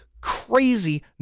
crazy